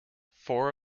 four